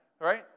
Right